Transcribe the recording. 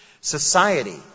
Society